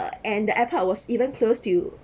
and the airport was even closed due